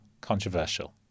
controversial